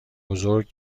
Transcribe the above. بزرگ